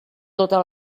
tota